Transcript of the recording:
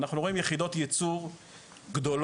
אנחנו רואים יחידות ייצור גדולות,